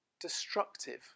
destructive